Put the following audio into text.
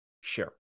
sure